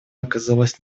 оказалось